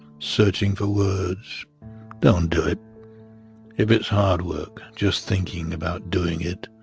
searching for words don't do it if it's hard work. just thinking about doing it.